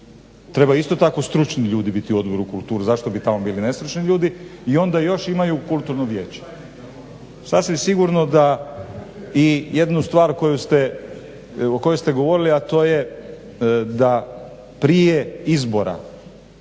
treba isto tako trebaju stručni ljudi biti u odboru za kulturu, zašto bi tamo bili nestručni ljudi i onda još imaju kulturno vijeće. Sasvim sigurno i jednu stvar o kojoj ste govorili a to je da prije izbora